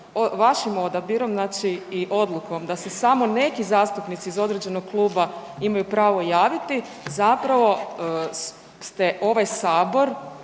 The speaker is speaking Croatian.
vašim odabirom znači i odlukom da se samo neki zastupnici iz određenog kluba imaju pravo javiti zapravo ste ovaj sabor